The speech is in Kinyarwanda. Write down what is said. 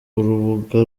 rubuga